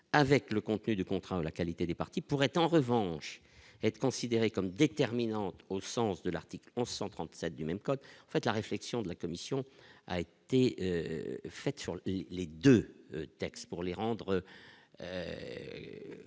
avec le contenu du contrat, la qualité des partis pourrait en revanche être considérée comme déterminante au sens de l'article 137 du même code en fait la réflexion de la commission. Fait sur le les 2 textes pour les rendre